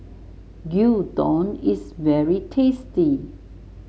gyudon is very tasty